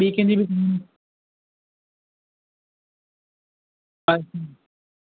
न अचण जी अचण जी करायणी आ पंजवीहु तारीक जी ॾिसो ना सूपर फास्ट में